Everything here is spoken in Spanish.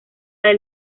del